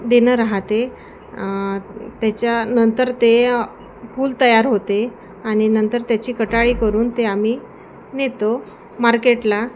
देणं राहते त्याच्यानंतर ते फूल तयार होते आणि नंतर त्याची कटाळी करून ते आम्ही नेतो मार्केटला